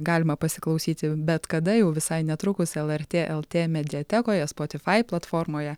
galima pasiklausyti bet kada jau visai netrukus lrt lt mediatekoje spotify platformoje